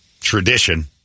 tradition